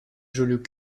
joliot